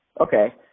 Okay